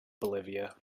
bolivia